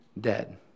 dead